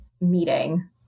meeting